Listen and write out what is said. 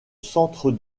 centre